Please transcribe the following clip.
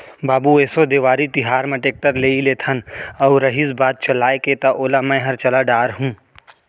बाबू एसो देवारी तिहार म टेक्टर लेइ लेथन अउ रहिस बात चलाय के त ओला मैंहर चला डार हूँ